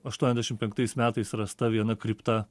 aštuondešim penktais metais rasta viena kripta